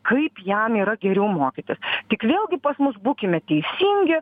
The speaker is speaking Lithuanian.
kaip jam yra geriau mokytis tik vėlgi pas mus būkime teisingi